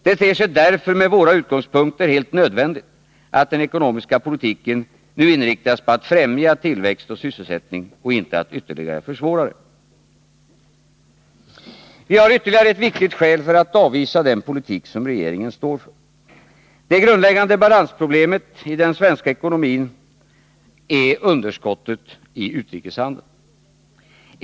Det ter sig därför med våra utgångspunkter helt nödvändigt att den ekonomiska politiken nu inriktas på att främja tillväxt och sysselsättning och inte att ytterligare försvåra dem. Vi har ytterligare ett viktigt skäl för att avvisa den politik som regeringen står för. Det grundläggande balansproblemet i den svenska ekonomin är underskottet i utrikeshandeln.